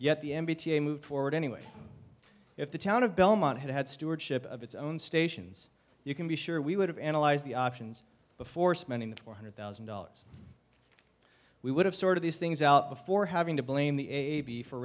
yet the n b a moved forward anyway if the town of belmont had stewardship of its own stations you can be sure we would have analyzed the options before spending the four hundred thousand dollars we would have sort of these things out before having to blame the a b for